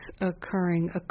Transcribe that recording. occurring